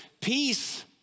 Peace